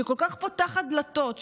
שכל כך פותחת דלתות,